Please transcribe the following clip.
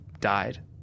died